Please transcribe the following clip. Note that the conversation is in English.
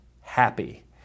Happy